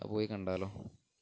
അത് പോയി കണ്ടാലോ